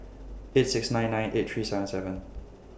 eight six nine nine eight three seven seven